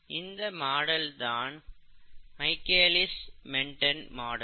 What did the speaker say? இந்த மாடல் தான் Michaelis Menten model